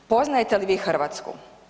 Poznajete li vi Hrvatsku?